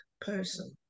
person